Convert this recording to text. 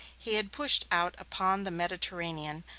he had pushed out upon the mediterranean,